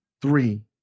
Three